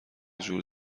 جور